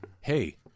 hey